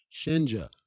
Shinja